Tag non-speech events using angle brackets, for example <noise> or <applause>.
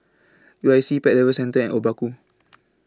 U I C Pet Lovers Centre and Obaku <noise>